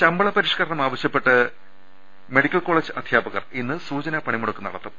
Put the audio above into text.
ശമ്പള പരിഷ്ക്കരണം ആവശ്യപ്പെട്ട് മെഡിക്കൽ കോളജ് അധ്യാ പകർ ഇന്ന് സൂചനാ പണിമുടക്ക് നടത്തും